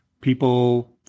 people